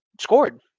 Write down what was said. scored